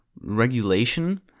regulation